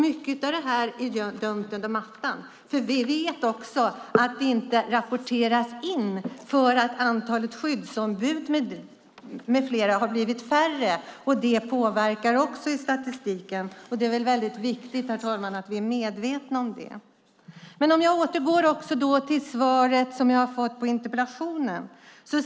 Mycket av detta är gömt under mattan. Vi vet också att det inte rapporteras in därför att antalet skyddsombud med flera har blivit färre. Det påverkar också statistiken. Det är viktigt, herr talman, att vi är medvetna om det. Låt mig återgå till det svar som jag har fått på interpellationen.